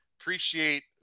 Appreciate